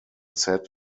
set